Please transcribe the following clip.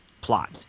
plot